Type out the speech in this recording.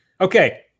Okay